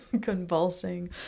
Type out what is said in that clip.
convulsing